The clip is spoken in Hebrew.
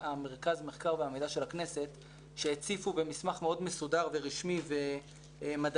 מרכז המחקר והמידע של הכנסת שהציפו במסמך מאוד מסודר ורשמי ומדעי,